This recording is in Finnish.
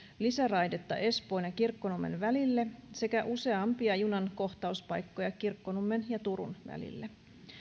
lisäraidetta espoon ja kirkkonummen välille sekä useampia junan kohtauspaikkoja kirkkonummen ja turun välille